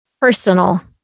personal